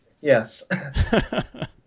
Yes